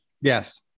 Yes